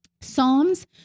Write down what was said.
Psalms